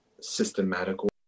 systematical